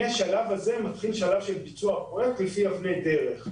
מהשלב הזה מתחיל שלב של ביצוע הפרויקט לפי אבני דרך.